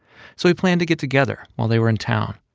so we planned to get together while they were in town.